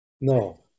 No